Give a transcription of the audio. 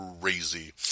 Crazy